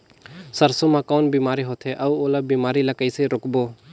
सरसो मा कौन बीमारी होथे अउ ओला बीमारी ला कइसे रोकबो?